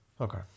Okay